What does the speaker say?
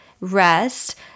rest